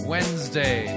Wednesday